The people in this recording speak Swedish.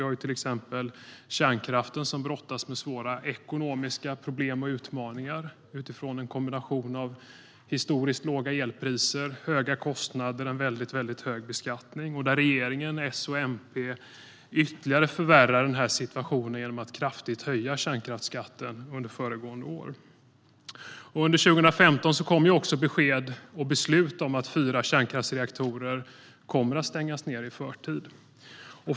Exempelvis brottas kärnkraften med stora ekonomiska problem och utmaningar utifrån en kombination av historiskt låga elpriser, höga kostnader och en väldigt hög beskattning. Regeringen, S och MP, har förvärrat situationen ytterligare genom att under föregående år kraftigt höja kärnkraftsskatten. Under 2015 kom också besked och beslut om att fyra kärnkraftsreaktorer kommer att stängas i förtid.